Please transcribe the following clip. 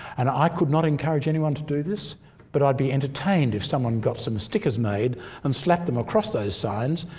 and i could not encourage anyone to do this but i'd be entertained if someone got some stickers made and slapped them across those signs,